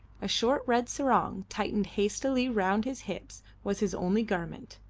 a short red sarong tightened hastily round his hips was his only garment.